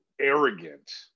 arrogant